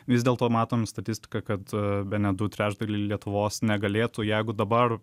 vis dėl to matom statistiką kad bene du trečdaliai lietuvos negalėtų jeigu dabar